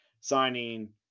signing